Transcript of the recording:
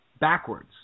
backwards